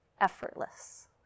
Effortless